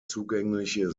zugängliche